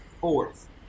fourth